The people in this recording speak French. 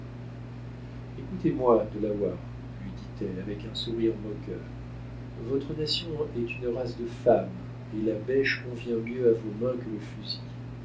écoutez-moi delaware lui dit-elle avec un sourire moqueur votre nation est une race de femmes et la bêche convient mieux à vos mains que le fusil